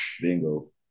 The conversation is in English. Bingo